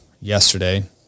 Yesterday